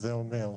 זה אומר: